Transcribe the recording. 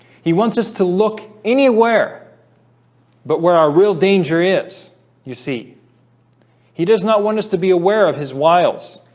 he wants us to look anywhere but where our real danger is you see he does not want us to be aware of his wiles